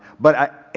but i,